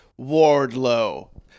Wardlow